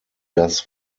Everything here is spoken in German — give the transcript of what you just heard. das